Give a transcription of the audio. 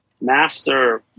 master